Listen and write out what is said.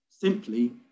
simply